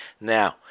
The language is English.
Now